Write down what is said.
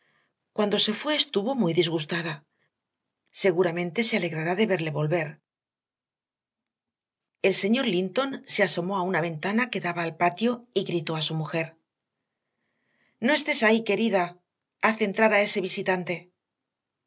cuando se fue estuvo muy disgustada seguramente se alegrará de verle volver el señor linton se asomó a una ventana que daba al patio y gritó a su mujer no estés ahí querida haz entrar a ese visitante